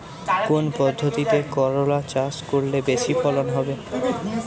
কোন পদ্ধতিতে করলা চাষ করলে বেশি ফলন হবে?